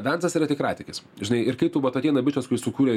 vensas yra tikratikis žinai ir kai tu vat ateina bičas kuris sukūrė